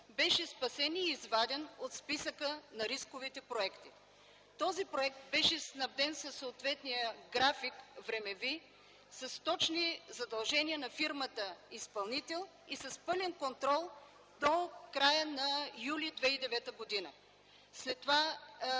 беше спасен и изваден от списъка на рисковите проекти. Този проект беше снабден със съответния времеви график, с точни задължения на фирмата-изпълнител и с пълен контрол до края на м. юли 2009 г.